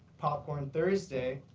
popcorn thursday,